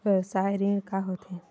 व्यवसाय ऋण का होथे?